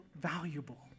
valuable